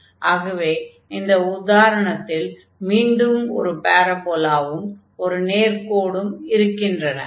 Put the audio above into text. ஆகவே இந்த உதாரணத்தில் மீண்டும் ஒரு பாரபோலாவும் ஒரு நேர்க்கோடும் இருக்கின்றன